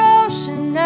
ocean